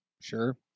Sure